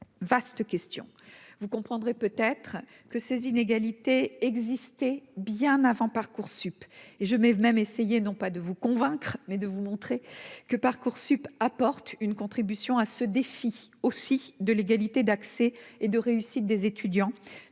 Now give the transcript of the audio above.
vaste question, vous comprendrez peut-être que ces inégalités existaient bien avant Parcoursup et je mets même essayer non pas de vous convaincre mais de vous montrer que Parcoursup apporte une contribution à ce défi, aussi, de l'égalité d'accès et de réussite des étudiants